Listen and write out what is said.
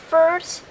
First